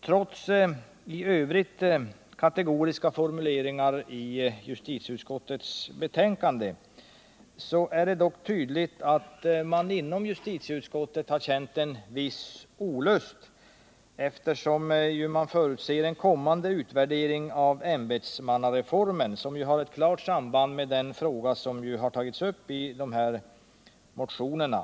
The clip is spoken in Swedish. Trots i övrigt kategoriska formuleringar i justitieutskottets betänkande är det tydligt att man inom justitieutskottet har känt en viss olust, eftersom man förutsätter en kommande utvärdering av ämbetsmannareformen, som har klart samband med den fråga som tagits upp i motionerna.